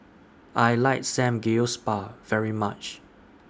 I like Samgeyopsal very much